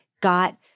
got